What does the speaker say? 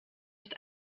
ist